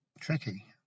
tricky